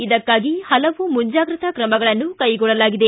ಇದಕ್ಕಾಗಿ ಹಲವು ಮುಂಜಾಗ್ರತಾ ಕ್ರಮಗಳನ್ನು ಕೈಗೊಳ್ಳಲಾಗಿದೆ